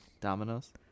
Dominoes